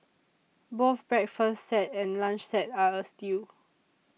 both breakfast set and lunch set are a steal